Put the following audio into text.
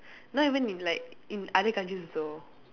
not even in like in other countries also